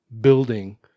building